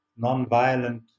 nonviolent